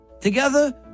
Together